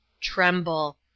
Tremble